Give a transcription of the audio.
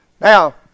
Now